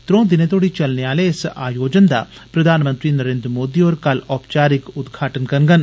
त्रौ दिनें तोड़ी चलने आले इस आयोजन दा प्रधानमंत्री नरेन्द्र मोदी होर कल औपचारिक उदघाटन करगंन